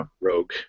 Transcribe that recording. Rogue